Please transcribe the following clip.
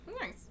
Nice